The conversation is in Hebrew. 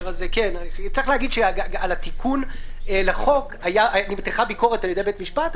צריך להגיד שעל התיקון לחוק נמתחה ביקורת על ידי בית המשפט,